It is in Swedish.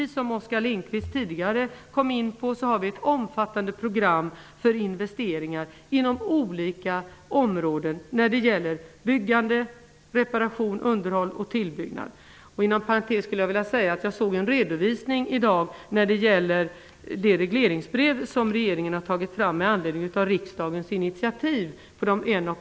Såsom Oskar Lindkvist tidigare var inne på har vi ett omfattande program för investeringar inom områden som byggande, reparationer, underhåll och tillbyggnader. Inom parentes skulle jag vilja säga att jag såg en redovisning i dag av regleringsbrevet för de en och en halv miljarder kronorna till ROT som regeringen har tagit fram med anledning av riksdagens initiativ.